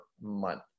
month